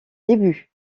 débuts